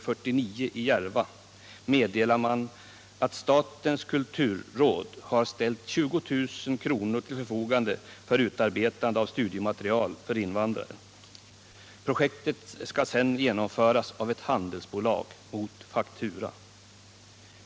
49 i Järva, meddelar man att statens kulturråd har ställt 20 000 kr. till förfogande för utarbetande av studiematerial för invandrare. Projektet skall sedan genomföras av ett handelsbolag mot faktura.